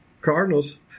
Cardinals